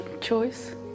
choice